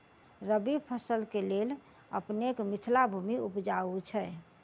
रबी फसल केँ लेल अपनेक मिथिला भूमि उपजाउ छै